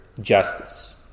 justice